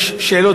יש שאלות,